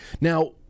Now